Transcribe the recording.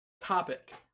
Topic